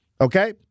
okay